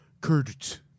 Kurt